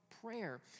prayer